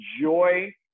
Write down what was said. joy